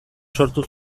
sortu